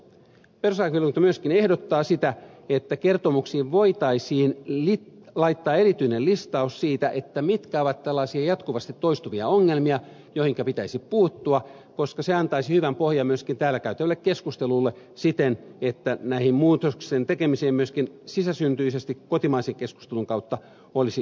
perustuslakivaliokunta myöskin ehdottaa sitä että kertomuksiin voitaisiin laittaa erityinen listaus siitä mitkä ovat tällaisia jatkuvasti toistu via ongelmia joihinka pitäisi puuttua koska se antaisi hyvän pohjan myöskin täällä käytävälle keskustelulle siten että muutosten tekemiseen myöskin sisäsyntyisesti kotimaisen keskustelun kautta olisi riittävästi painetta